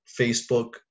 Facebook